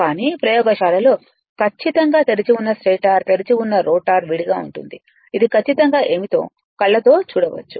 కానీ ప్రయోగశాలలో ఖచ్చితంగా తెరిచి ఉన్న స్టేటర్ తెరిచి ఉన్న రోటర్ విడిగా ఉంటుంది అది ఖచ్చితంగా ఏమిటో కళ్ళ తో చూడవచ్చు